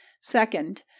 Second